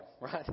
right